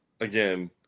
again